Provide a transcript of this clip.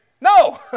no